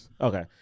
Okay